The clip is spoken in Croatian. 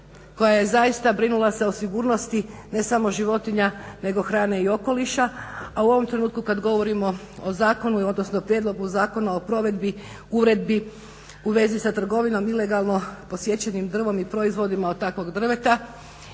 koja je zaista brinula se o sigurnosti ne samo životinja nego hrane i okoliša. A u ovom trenutku kad govorimo o zakonu odnosno Prijedlogu zakona o provedbi uredbi u vezi sa trgovinom ilegalno posječenim drvom i proizvodima od takvog drveta,